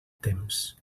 temps